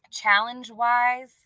Challenge-wise